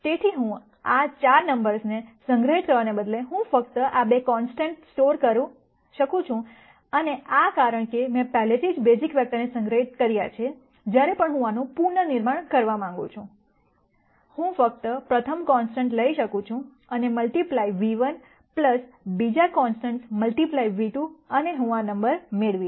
તેથી આ 4 નમ્બર્સને સંગ્રહિત કરવાને બદલે હું ફક્ત આ 2 કોન્સ્ટન્ટ્સ સ્ટોર કરી શકું છું અને કારણ કે મેં પહેલેથી જ બેઝિક વેક્ટર્સ સંગ્રહિત કર્યા છે જ્યારે પણ હું આનું પુનર્નિર્માણ કરવા માંગું છું હું ફક્ત પ્રથમ કોન્સ્ટન્ટ્સ લઇ શકું છું અને મલ્ટિપ્લાય V 1 બીજા કોન્સ્ટન્ટ્સ મલ્ટિપ્લાય V 2 અને હું આ નંબર મેળવીશ